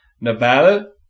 Nevada